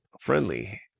friendly